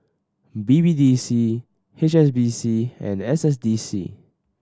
B B D C H S B C and S S D C